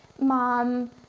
mom